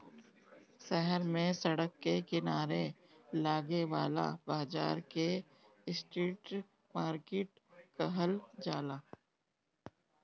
शहर में सड़क के किनारे लागे वाला बाजार के स्ट्रीट मार्किट कहल जाला